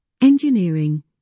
engineering